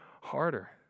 harder